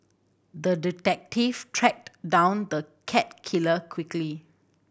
the detective tracked down the cat killer quickly